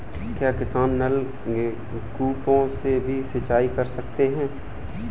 क्या किसान नल कूपों से भी सिंचाई कर सकते हैं?